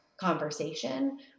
conversation